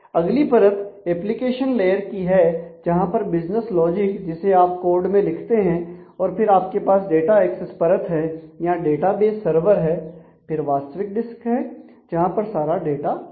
अगली परत application layer की है जहां पर बिजनेस लॉजिक जिसे आप कोड मे लिखते हैं और फिर आपके पास डाटा एक्सेस परत है या डेटाबेस सर्वर है फिर वास्तविक डिस्क है जहां पर सारा डाटा है